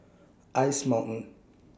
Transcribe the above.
Ice Mountain